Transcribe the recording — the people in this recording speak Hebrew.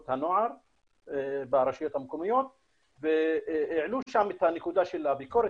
הנוער ברשויות המקומיות והעלו שם את הנקודה של הביקורת